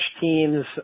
teams